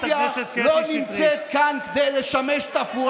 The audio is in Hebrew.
אתה לא משלים עם הבחירות.